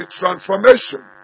transformation